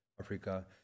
Africa